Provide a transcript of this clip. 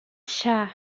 shah